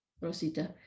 Rosita